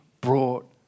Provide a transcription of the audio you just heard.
brought